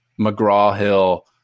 McGraw-Hill